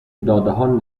دادهها